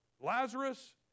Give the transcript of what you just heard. Lazarus